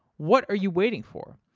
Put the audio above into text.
what are you waiting for?